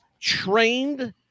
trained